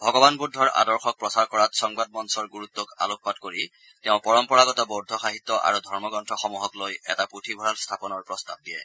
ভগৱান বুদ্ধৰ আদৰ্শক প্ৰচাৰ কৰাত সংবাদ মঞ্চৰ গুৰুত্বক আলোকপাত কৰি তেওঁ পৰম্পৰাগত বৌদ্ধ সাহিত্য আৰু ধৰ্মগ্ৰন্থসমূহক লৈ এটা পুথিভঁৰাল স্থাপনৰ প্ৰস্তাৱ দিয়ে